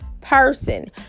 person